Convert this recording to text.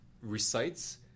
recites